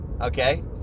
okay